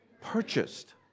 Purchased